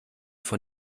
von